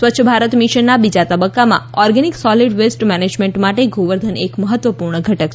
સ્વચ્છ ભારત મિશનના બીજા તબક્કામાં ઓર્ગેનિક સોલિડ વેસ્ટ મેનેજમેન્ટ માટે ગોવર્ધન એક મહત્વપૂર્ણ ઘટક છે